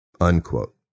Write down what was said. Unquote